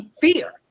fear